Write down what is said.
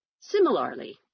Similarly